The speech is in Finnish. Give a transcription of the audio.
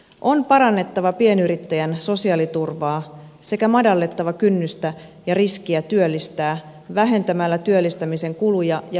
on parannettava pienyrittäjän sosiaaliturvaa sekä madallettava kynnystä ja riskiä työllistää vähentämällä työllistämisen kuluja ja byrokratiaa